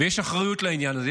ויש אחריות לעניין הזה.